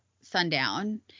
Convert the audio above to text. sundown